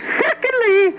secondly